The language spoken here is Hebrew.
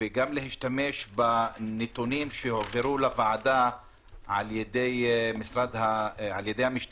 וגם להשתמש בנתונים שהועברו לוועדה על-ידי המשטרה.